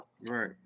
Right